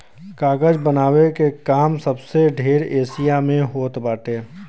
कागज बनावे के काम सबसे ढेर एशिया में होत बाटे